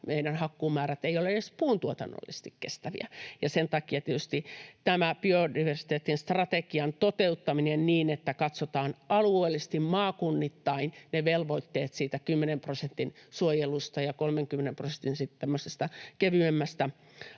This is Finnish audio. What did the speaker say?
meidän hakkuumäärät eivät ole edes puuntuotannollisesti kestäviä. Sen takia tietysti tämä biodiversiteettistrategian toteuttaminen niin, että katsotaan alueellisesti maakunnittain ne velvoitteet siitä 10 prosentin suojelusta ja 30 prosentin tämmöisestä